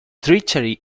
treachery